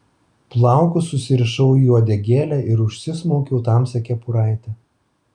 plaukus susirišau į uodegėlę ir užsismaukiau tamsią kepuraitę